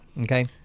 Okay